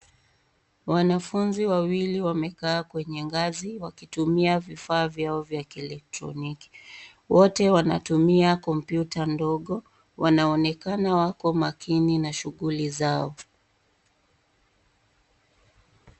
Wanafunzi wawili wamekaa kwenye ngazi wakitumia vifaa vyao vya kielektroniki. Wote wanatumia kompyuta ndogo, wanaonekana wako makini na shughuli zao.